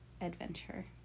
adventure